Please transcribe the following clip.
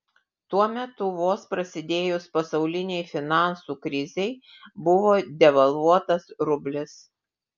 tuo metu vos prasidėjus pasaulinei finansų krizei buvo devalvuotas rublis